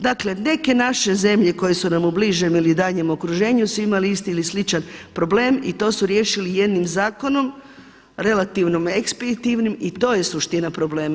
Dakle neke naše zemlje koje su nam u bližem ili daljem okruženju su imali isti ili sličan problem i to su riješili jednim zakonom relativno ekspeditivnim i to je suština problema.